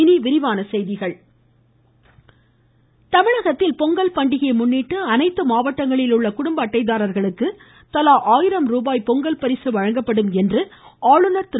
கவவவ சட்டப்பேரவை ஆளுநர் தமிழகத்தில் பொங்கல் பண்டிகையை முன்னிட்டு அனைத்து மாவட்டங்களில் உள்ள குடும்ப அட்டைதாரர்களுக்கு தலா ஆயிரம் ருபாய் பொங்கல் பரிசு வழங்கப்படும் என்று ஆளுநர் திரு